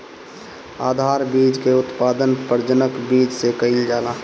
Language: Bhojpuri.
आधार बीज के उत्पादन प्रजनक बीज से कईल जाला